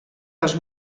els